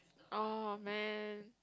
oh man